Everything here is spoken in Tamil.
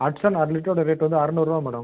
ஹட்சன் அரை லிட்டரோடய ரேட்டு வந்து அறுநூறுவா மேடம்